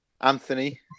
anthony